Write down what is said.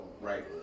right